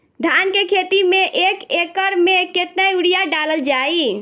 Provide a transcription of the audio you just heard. धान के खेती में एक एकड़ में केतना यूरिया डालल जाई?